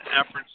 efforts